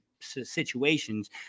situations